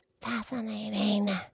fascinating